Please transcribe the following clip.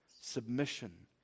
submission